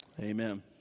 Amen